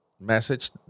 message